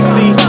See